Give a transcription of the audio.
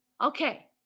Okay